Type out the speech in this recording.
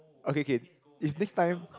okay K if next time